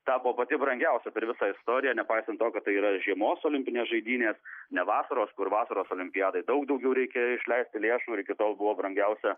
tapo pati brangiausia per visą istoriją nepaisant to kad tai yra žiemos olimpinės žaidynės ne vasaros kur vasaros olimpiadai daug daugiau reikia išleisti lėšų ir iki tol buvo brangiausia